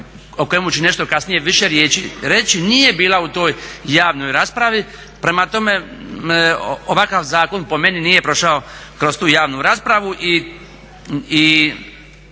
o kojemu ću nešto kasnije više riječi reći nije bila u toj javnoj raspravi. Prema tome, ovakav zakon po meni nije prošao kroz tu javnu raspravu.